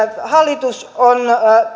hallitus on